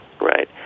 right